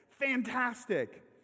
Fantastic